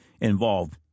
involved